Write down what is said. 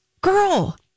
girl